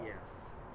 Yes